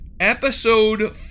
Episode